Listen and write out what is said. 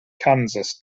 kansas